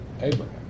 Abraham